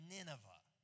Nineveh